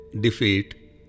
defeat